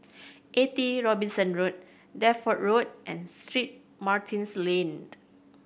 Eighty Robinson Road Deptford Road and Street Martin's Lane